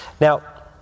Now